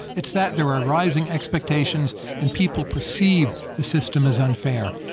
it's that there are rising expectations, and people perceive the system as unfair.